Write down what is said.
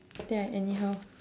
then I anyhow